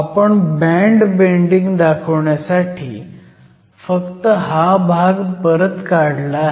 आपण band bending दाखवण्यासाठी फक्त हा भाग परत काढला आहे